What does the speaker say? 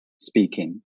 speaking